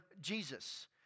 Jesus